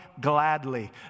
gladly